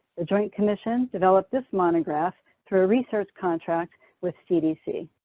the joint commission developed this monograph through a research contract with cdc.